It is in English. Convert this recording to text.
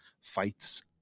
fights